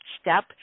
step